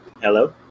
Hello